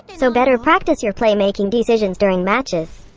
so better practice your play-making decisions during matches.